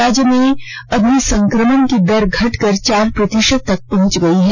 राज्य में अभी संक्रमण दर घटकर चार प्रतिशत तक पहुंच गया है